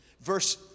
Verse